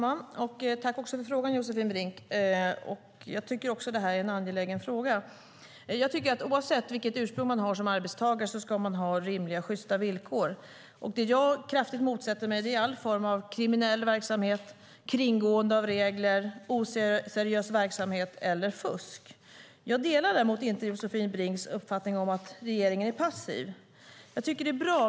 Herr talman! Jag tackar Josefin Brink för frågan. Jag tycker också att detta är en angelägen fråga. Oavsett vilket ursprung man har som arbetstagare ska man ha rimliga och sjysta villkor. Det jag kraftigt motsätter mig är all form av kriminell verksamhet, kringgående av regler, oseriös verksamhet och fusk. Jag delar däremot inte Josefin Brinks uppfattning att regeringen är passiv.